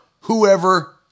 whoever